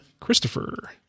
Christopher